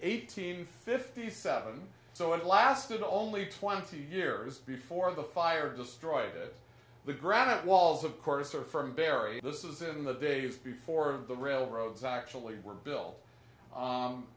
eighteen fifty seven so it lasted only twenty years before the fire destroyed it the granite walls of course are from bury this is in the days before the railroads actually were bil